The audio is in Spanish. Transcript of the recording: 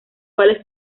cuales